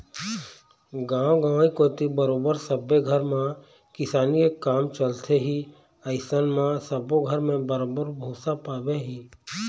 गाँव गंवई कोती बरोबर सब्बे घर म किसानी के काम चलथे ही अइसन म सब्बे घर म बरोबर भुसा पाबे ही